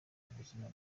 ubuzima